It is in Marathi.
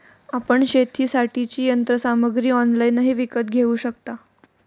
आपण शेतीसाठीची यंत्रसामग्री ऑनलाइनही विकत घेऊ शकता